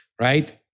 right